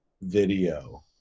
video